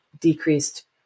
decreased